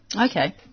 Okay